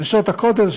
נשות הכותל,